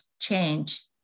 change